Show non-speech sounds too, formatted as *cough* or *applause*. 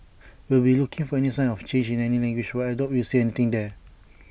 we'll be looking for any signs of change in language but I doubt we'll see anything there *noise*